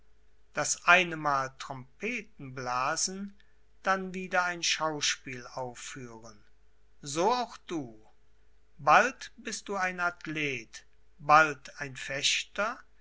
das einemal trompeten blasen dann wieder ein schauspiel aufführen so auch du bald bist du ein athlet bald ein fechter